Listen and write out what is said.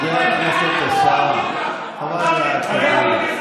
אנחנו פה ונישאר פה, אתה תלך פה.